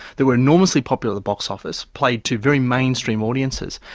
they were enormously popular the box office, played to very mainstream audiences,